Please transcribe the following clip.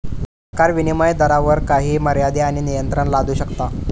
सरकार विनीमय दरावर काही मर्यादे आणि नियंत्रणा लादू शकता